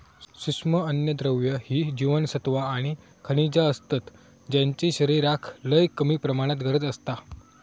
सूक्ष्म अन्नद्रव्य ही जीवनसत्वा आणि खनिजा असतत ज्यांची शरीराक लय कमी प्रमाणात गरज असता